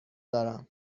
دارم